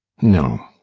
no.